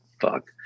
fuck